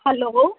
hello